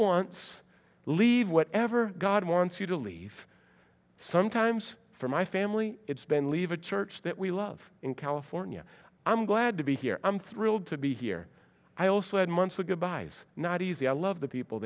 once leave whatever god wants you to leave sometimes for my family it's been leave a church that we love in california i'm glad to be here i'm thrilled to be here i also had months of goodbyes not easy i love the people